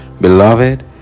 Beloved